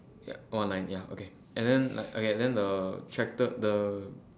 ya one line ya okay and then like okay then the tractor the